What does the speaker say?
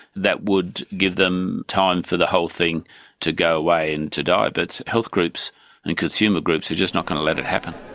that would give them time for the whole thing to go away and to die. but health groups and consumer groups are just not going to let it happen.